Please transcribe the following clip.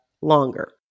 longer